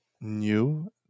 new